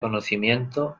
conocimiento